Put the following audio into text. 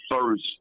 first